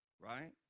right